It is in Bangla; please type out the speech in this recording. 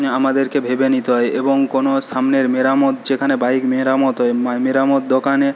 আমাদেরকে ভেবে নিতে হয় এবং কোনো সামনের মেরামত যেখানে বাইক মেরামত হয় মেরামত দোকানে